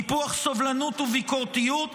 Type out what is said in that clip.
טיפוח סובלנות וביקורתיות,